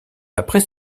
après